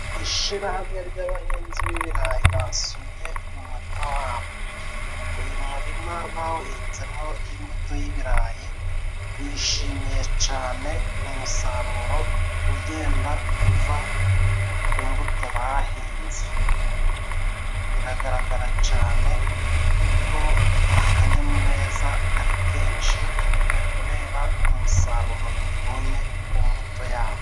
Ishirahamwe ry'abahinzi b'ibirayi basuye umurima wabo. Uyu murima bawuhinzemo imbuto y'ibirayi. Bishimiye cane umusaruro ugenda uva ku mbuto bahinze, biragaragara cane ko akanyamuneza ari kenshi, kubera umusaruro babonye ku mbuto yabo.